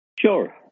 Sure